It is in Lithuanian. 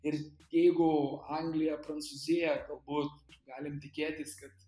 ir jeigu anglija prancūzija galbūt galim tikėtis kad